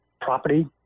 property